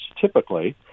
typically